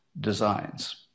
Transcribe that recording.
designs